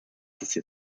sid